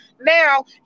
Now